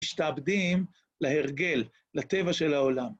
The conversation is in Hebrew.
משתעבדים להרגל, לטבע של העולם.